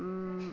उ